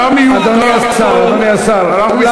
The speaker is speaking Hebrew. אתה מיותר פה,